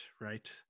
right